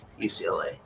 UCLA